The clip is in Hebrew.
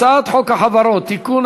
הצעת חוק החברות (תיקון,